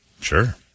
Sure